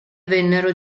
vennero